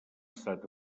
estat